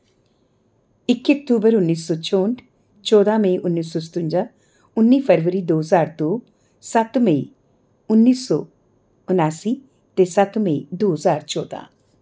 इक अक्टूबर उन्नी सौ चौंह्ट चौदां मई उन्नी सौ सतुंजा उन्नी फरबरी दो ज्हार दो सत्त मई उन्नी सौ नुआसी ते सत्त मेई दो ज्हार चौदां